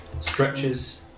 stretches